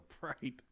right